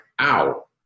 ow